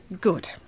Good